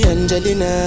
Angelina